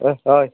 हय हय